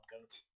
goats